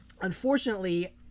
unfortunately